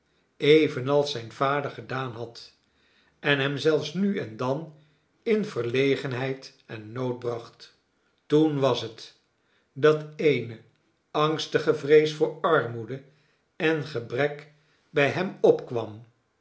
evenals zijn vader gedaan had en hem zelfs nu en dan in verlegenheid en nood bracht toen was het dat eene angstige vrees voor armoede en gebrek bij hem opkwam